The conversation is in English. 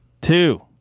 two